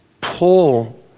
pull